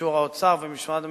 באישור האוצר ומשרד המשפטים?